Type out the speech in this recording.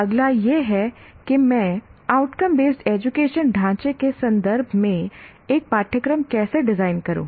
अगला यह है कि मैं आउटकम बेस्ड एजुकेशन ढांचे के संदर्भ में एक पाठ्यक्रम कैसे डिजाइन करूं